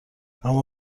اما